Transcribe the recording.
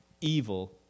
evil